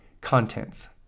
contents